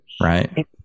Right